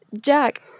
Jack